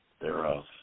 thereof